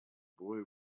boy